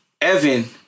Evan